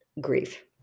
grief